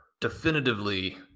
definitively